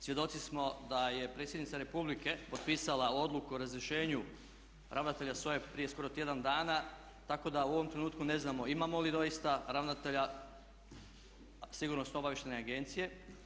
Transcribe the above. Svjedoci smo da je predsjednica Republike potpisala Odluku o razrješenju ravnatelja SOA-e prije skoro tjedan dana tako da u ovom trenutku ne znamo imamo li doista ravnatelja Sigurnosno-obavještajne agencije.